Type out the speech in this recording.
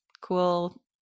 cool